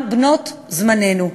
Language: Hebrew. וגם בת-זמננו.